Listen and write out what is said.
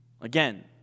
Again